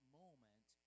moment